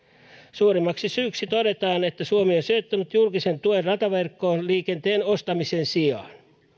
suurimmaksi syyksi todetaan että suomi on sijoittanut julkisen tuen rataverkkoon liikenteen ostamisen sijaan